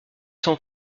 cent